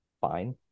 fine